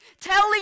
telling